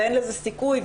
ואין לזה סיכוי,